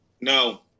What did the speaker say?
No